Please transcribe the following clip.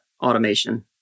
automation